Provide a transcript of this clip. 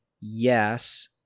yes